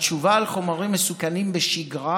התשובה על חומרים מסוכנים בשגרה